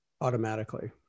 automatically